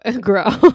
grow